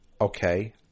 Okay